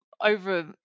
over